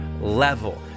level